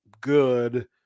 good